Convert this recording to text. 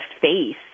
face